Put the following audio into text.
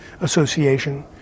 Association